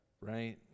right